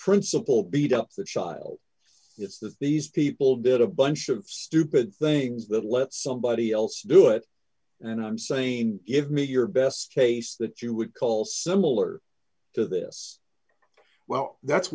principal beat up the child it's that these people did a bunch of stupid things that let somebody else do it and i'm saying if me your best case that you would call similar to this well that's